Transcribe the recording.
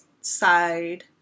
side